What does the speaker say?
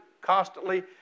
constantly